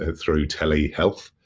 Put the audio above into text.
ah through telehealth.